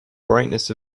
brightness